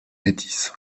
métis